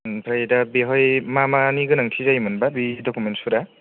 आमफ्राय दा बेवहाय मा मानि गोनांथि जायोमोन बा बे डकुमेन्ट्सफोरा